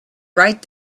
right